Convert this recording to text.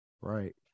right